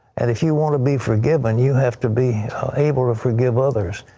and if you want to be forgiven you have to be able to forgive others.